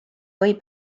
või